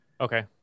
Okay